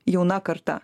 jauna karta